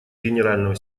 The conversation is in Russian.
генерального